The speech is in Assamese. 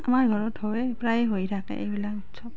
আমাৰ ঘৰত হয়েই প্ৰায় হয় থাকে এইগিলা উৎসৱ